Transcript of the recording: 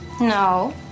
No